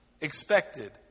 expected